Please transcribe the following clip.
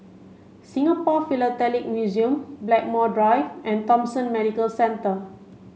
Singapore Philatelic Museum Blackmore Drive and Thomson Medical Centre